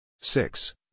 six